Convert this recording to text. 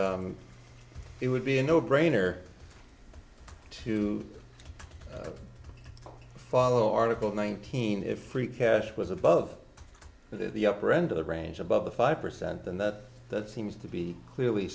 and it would be a no brainer to follow article nineteen if free cash was above the upper end of the range above the five percent than that that seems to be clear